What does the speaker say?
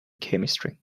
chemistry